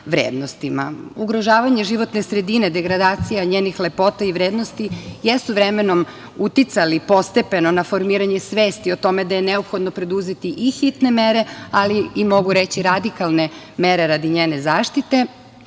vrednostima. Ugrožavanje životne sredine, degradacija njenih lepota i vrednosti jesu vremenom uticali postepeno na formiranje svesti o tome da je neophodno preduzeti i hitne mere, ali i mogu reći radikalne mere radi njene zaštite,